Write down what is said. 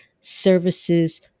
services